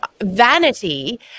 vanity